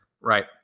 right